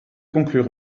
conclure